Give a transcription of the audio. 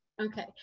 okay